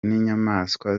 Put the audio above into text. n’inyamaswa